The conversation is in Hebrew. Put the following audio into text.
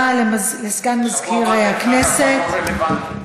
בשבוע הבא, דרך אגב, זה כבר לא רלוונטי.